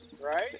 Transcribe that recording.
Right